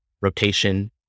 rotation